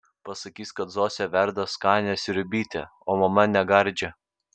pasakys kad zosė verda skanią sriubytę o mama negardžią